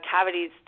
cavities